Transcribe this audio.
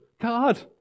God